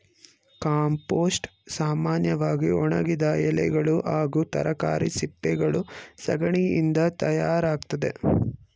compost ಸಾಮನ್ಯವಾಗಿ ಒಣಗಿದ ಎಲೆಗಳು ಹಾಗೂ ತರಕಾರಿ ಸಿಪ್ಪೆಗಳು ಸಗಣಿಯಿಂದ ತಯಾರಾಗ್ತದೆ